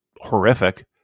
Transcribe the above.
horrific